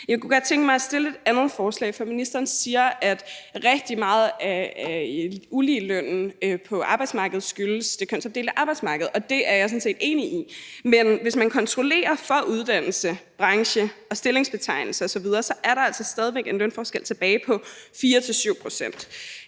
Jeg kunne godt tænke mig at stille et andet forslag. Ministeren siger, at rigtig meget af uligelønnen på arbejdsmarkedet skyldes det kønsopdelte arbejdsmarked, og det er jeg sådan set enig i, men hvis man kontrollerer for uddannelse, branche, stillingsbetegnelse osv., er der altså stadig væk en lønforskel tilbage på 4-7